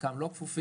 חלקם לא כפופים.